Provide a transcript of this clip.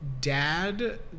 dad